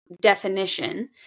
definition